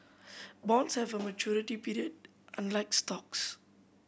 bonds have a maturity period unlike stocks